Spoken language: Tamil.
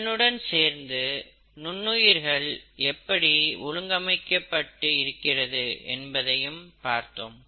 இதனுடன் சேர்த்து நுண்ணுயிர்கள் எப்படி ஒழுங்கமைக்கப்பட்டு இருக்கிறது என்பதையும் பார்த்தோம்